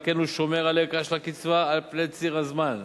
על כן הוא שומר על ערכה של הקצבה על פני ציר הזמן,